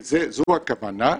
זו הכוונה.